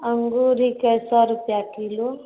अङ्गूर बिकै हय सए रुपआ किलो